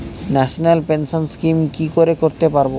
National pension scheme কি করে করতে পারব?